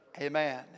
Amen